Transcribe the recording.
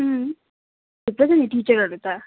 थुप्रो छ नि टिचरहरू त